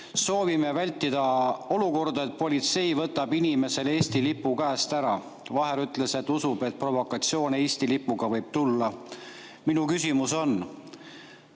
soovime vältida olukorda, et politsei võtab inimesel Eesti lipu käest ära. Vaher ütles, et usub, et provokatsioone Eesti lipuga võib tulla. Minu küsimus on.